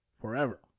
forever